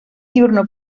diurno